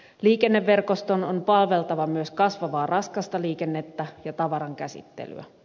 liikenneverkoston on palveltava myös kasvavaa raskasta liikennettä ja tavarankäsittelyä